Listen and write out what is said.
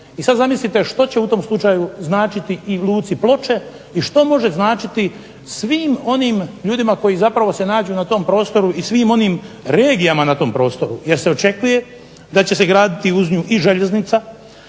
I sad zamislite što će u tom slučaju značiti i luci Ploče, i što može značiti svim onim ljudima koji zapravo se nađu na tom prostoru i svim onim regijama na tom prostoru, jer se očekuje da će se graditi uz nju i željeznica,